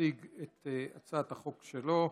להציג את הצעת החוק שלו,